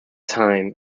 time